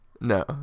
No